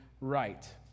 right